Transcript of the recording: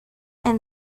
and